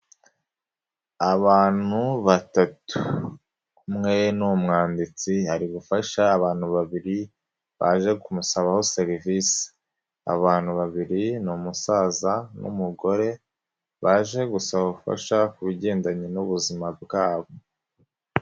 Abantu batatu, umwe ni umwanditsi ari gufasha abantu babiri baje kumusabaho serivisi, abantu babiri ni umusaza n'umugore baje gusaba ubufasha ku bigendanye n'ubuzima bwabo.